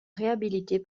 réhabilité